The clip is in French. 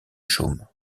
chaume